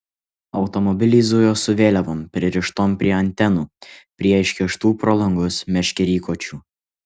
automobiliai zujo su vėliavom pririštom prie antenų prie iškištų pro langus meškerykočių